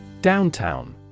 Downtown